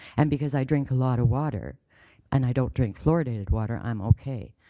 and because i drink a lot of water and i don't drink nor dated water, i'm okay.